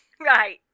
Right